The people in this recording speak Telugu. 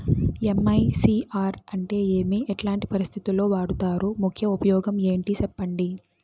ఎమ్.ఐ.సి.ఆర్ అంటే ఏమి? ఎట్లాంటి పరిస్థితుల్లో వాడుతారు? ముఖ్య ఉపయోగం ఏంటి సెప్పండి?